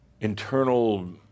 internal